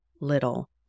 little